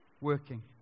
working